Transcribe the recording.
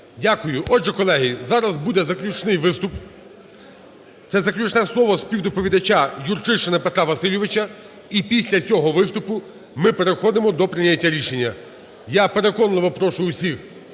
Дякую. Отже, колеги зараз буде заключний виступ – це заключне слово співдоповідача Юрчишина Петра Васильовича. І після цього виступу ми переходимо до прийняття рішення. Я переконливо прошу усіх